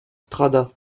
strada